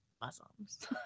Muslims